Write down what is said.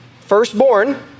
firstborn